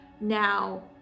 now